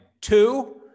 Two